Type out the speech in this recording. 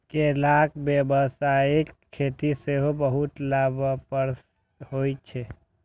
केलाक व्यावसायिक खेती सेहो बहुत लाभप्रद होइ छै